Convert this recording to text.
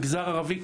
המגזר הערבי,